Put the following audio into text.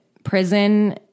Prison